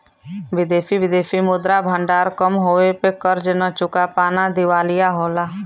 विदेशी विदेशी मुद्रा भंडार कम होये पे कर्ज न चुका पाना दिवालिया होला